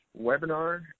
webinar